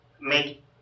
make